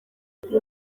aha